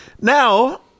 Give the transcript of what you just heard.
now